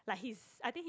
like he's I think he